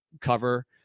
cover